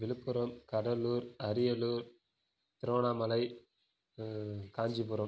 Villupuram Cuddalore Ariyalur Tiruvannamalai Kanchipuram